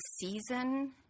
season